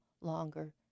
longer